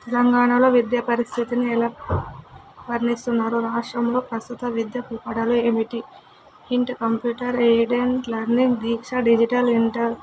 తెలంగాణలో విద్య పరిస్థితిని ఎలా వర్ణిస్తున్నారు రాష్ట్రంలో ప్రస్తుత విద్య పోకడలు ఏమిటి ఇంట్ computer read and learning Diksha digital inter